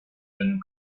and